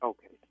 Okay